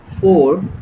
four